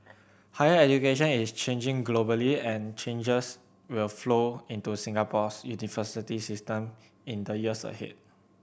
higher education is changing globally and changes will flow into Singapore's university system in the years ahead